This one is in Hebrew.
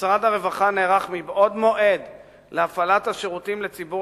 משרד הרווחה נערך מבעוד מועד להפעלת השירותים לציבור